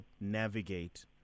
navigate